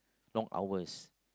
long hours